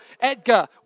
Edgar